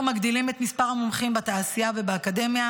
אנחנו מגדילים את מספר המומחים בתעשייה ובאקדמיה